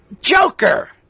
joker